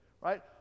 right